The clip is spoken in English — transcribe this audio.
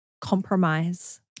compromise